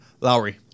Lowry